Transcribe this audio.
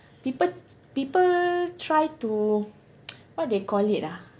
people people try to what they call it ah